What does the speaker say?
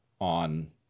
on